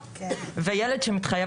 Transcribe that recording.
נציג